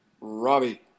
Robbie